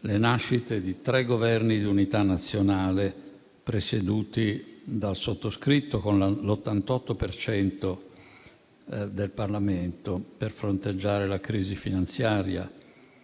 la nascita di tre Governi di unità nazionale: uno presieduto dal sottoscritto, con l'88 per cento dei voti del Parlamento, per fronteggiare la crisi finanziaria;